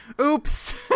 oops